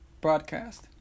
broadcast